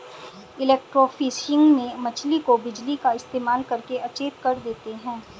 electrofishing में मछली को बिजली का इस्तेमाल करके अचेत कर देते हैं